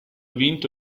vinto